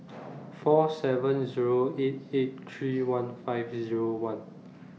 four seven Zero eight eight three one five Zero one